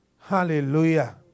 Hallelujah